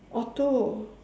auto